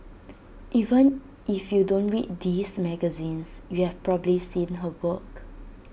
even if you don't read these magazines you've probably seen her work